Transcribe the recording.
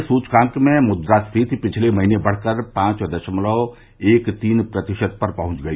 थोक मूल्य सूचकांक में मुद्रास्कीति पिछले महीने बढ़कर पांच दशमलव एक तीन प्रतिशत पर पहुंच गई